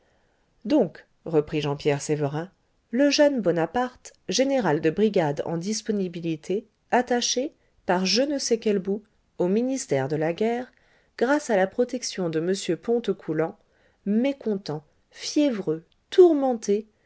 donc reprit jean pierre sévérin le jeune bonaparte général de brigade en disponibilité attaché par je ne sais quel bout au ministère de la guerre grâce à la protection de m de pontécoulant mécontent fiévreux tourmenté